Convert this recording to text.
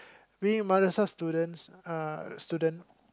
we Madrasah students uh students